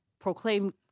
proclaim